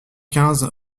quinze